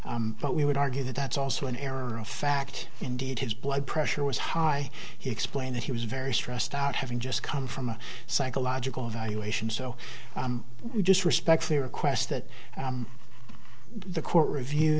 level but we would argue that that's also an error of fact indeed his blood pressure was high he explained that he was very stressed out having just come from a psychological evaluation so we just respectfully request that the court review